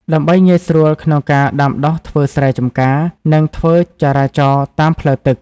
ដើម្បីងាយស្រួលក្នុងការដាំដុះធ្វើស្រែចម្ការ និងធ្វើចរាចរណ៍តាមផ្លូវទឹក។